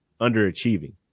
underachieving